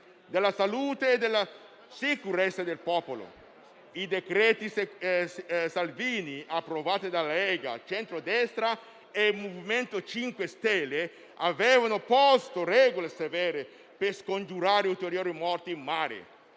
della salute e della sicurezza del popolo. I cosiddetti decreti Salvini, approvati dalla Lega, centrodestra e Movimento 5 Stelle avevano posto regole severe per scongiurare ulteriori morti in mare,